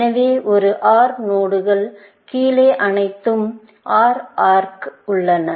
எனவே ஒரு OR நோடுகள் க்கு கீழே அனைத்து OR ஆா்க் உள்ளன